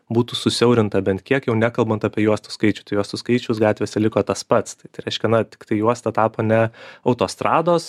būtų susiaurinta bent kiek jau nekalbant apie juostų skaičių tai juostų skaičius gatvėse liko tas pats tai tai reiškia na tiktai juosta tapo ne autostrados